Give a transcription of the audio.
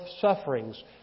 sufferings